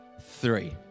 three